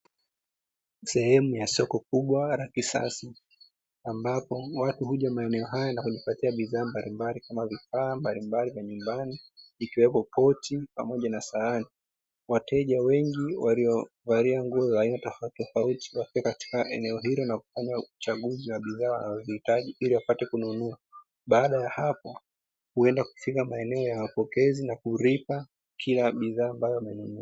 Sehemu ya soko kubwa la kisasa, ambapo watu huja maeneo haya na kujipatia bidhaa mbalimbali kama vifaa mbalimbali vya nyumbani; vikiwepo poti pamoja na sahani. Wateja wengi waliovalia nguo aina tofautitofauti wakiwa katika eneo hilo na kufanya uchaguzi wa bidhaa wanazozihitaji ili wapate kununua. Baada ya hapo, huenda kufika maeneo ya mapokezi na kulipa kila bidhaa ambayo wamenunua.